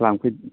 लांफैदो